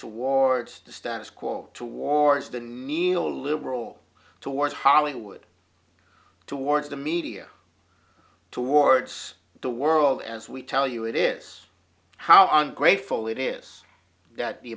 towards the status quo towards the knee a liberal towards hollywood towards the media towards the world as we tell you it is how ungrateful it is that the